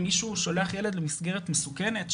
אם מישהו שולח ילד למסגרת מסוכנת,